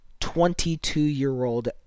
22-year-old